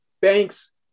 Banks